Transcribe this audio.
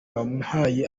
bamuhaye